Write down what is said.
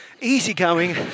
easygoing